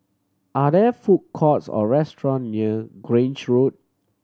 are there food courts or restaurant near Grange Road